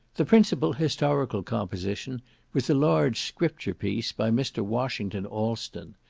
the principal historical composition was a large scripture piece by mr. washington alston.